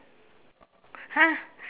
!huh!